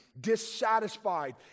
dissatisfied